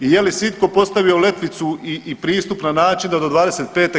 I je li si itko postavio letvicu i pristup na način da do 2025.